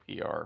PR